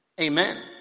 Amen